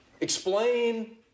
explain